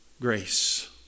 grace